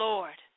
Lord